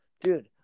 dude